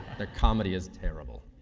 their comedy is terrible.